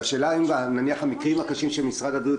והשאלה אם נניח המקרים הקשים של משרד הבריאות,